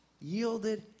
yielded